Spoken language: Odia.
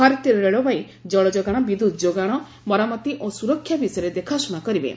ଭାରତୀୟ ରେଳବାଇ ଜଳ ଯୋଗାଣ ବିଦ୍ୟୁତ୍ ଯୋଗାଣ ମରାମତି ଓ ସ୍ୱରକ୍ଷା ବିଷୟର ଦେଖାଶ୍ରଣା କରିବେ